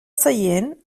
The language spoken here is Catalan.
seient